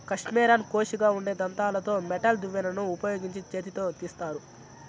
కష్మెరెను కోషిగా ఉండే దంతాలతో మెటల్ దువ్వెనను ఉపయోగించి చేతితో తీస్తారు